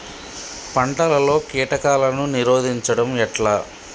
పంటలలో కీటకాలను నిరోధించడం ఎట్లా?